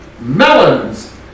Melons